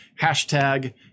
hashtag